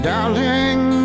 Darling